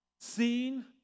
seen